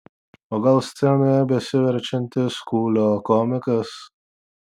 o gal scenoje besiverčiantis kūlio komikas